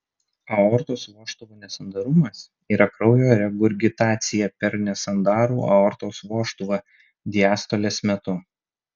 aortos vožtuvo nesandarumas yra kraujo regurgitacija per nesandarų aortos vožtuvą diastolės metu